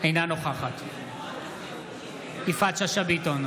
אינה נוכחת יפעת שאשא ביטון,